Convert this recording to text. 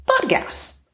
podcasts